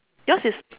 yours is